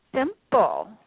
simple